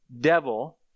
devil